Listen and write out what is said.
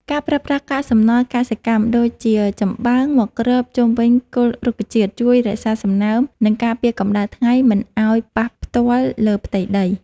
ការប្រើប្រាស់កាកសំណល់កសិកម្មដូចជាចំបើងមកគ្របជុំវិញគល់រុក្ខជាតិជួយរក្សាសំណើម និងការពារកម្តៅថ្ងៃមិនឱ្យប៉ះផ្ទាល់លើផ្ទៃដី។